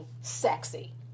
sexy